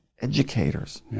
educators